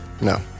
No